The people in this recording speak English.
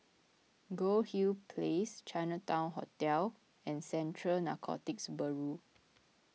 Goldhill Place Chinatown Hotel and Central Narcotics Bureau